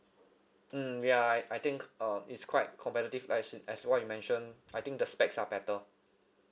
mm ya I I think uh it's quite competitive as what as what you mentioned I think the specs are better